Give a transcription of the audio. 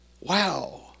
wow